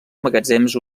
magatzems